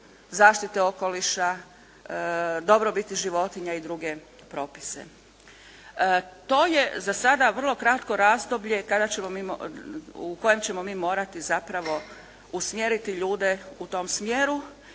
zaštite okoliša, dobrobiti životinja i druge propise. To je za sada vrlo kratko razdoblje kada ćemo mi, u kojem ćemo mi morati zapravo usmjeriti ljude u tom smjeru